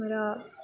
र